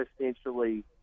essentially